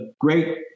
great